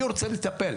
אני רוצה לטפל.